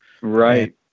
Right